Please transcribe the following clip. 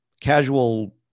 casual